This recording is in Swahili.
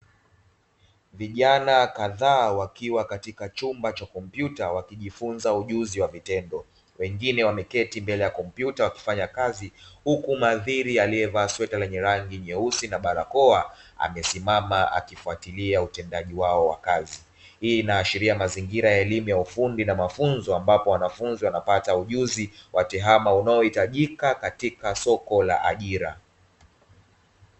Vijana kadhaa wakiwa katika chumba cha kompyuta wakijifunza ujuzi wa vitendo wengine wameketi mbele ya kompyuta wakifanya kazi, huku mhadhiri aliyevaa sweta la rangi nyeusi na barakoa amesimama akifatilia utendaji wao wa kazi. Hii inaashiria mazingira ya elimu ya ufundi na mafunzo ambapo wanafunzi wanapata ujuzi wa tehama unaohitajika katika soko la ajira.